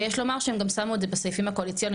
ויש לומר שהם גם שמו את זה בסעיפים הקואליציוניים,